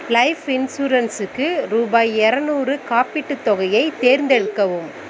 life இன்சூரன்ஸுக்கு ரூபாய் இரநூறு காப்பீட்டுத் தொகையை தேர்ந்தெடுக்கவும்